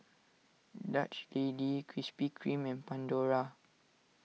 Dutch Lady Krispy Kreme and Pandora